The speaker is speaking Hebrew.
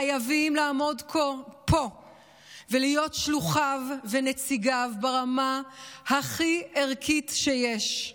חייבים לעמוד פה ולהיות שלוחיו ונציגיו ברמה הכי ערכית שיש.